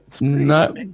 No